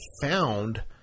found